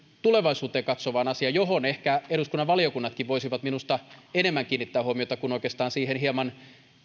tulevaisuuteen katsovaan asiaan johon ehkä eduskunnan valiokunnatkin voisivat minusta kiinnittää huomiota enemmän kuin oikeastaan siihen hieman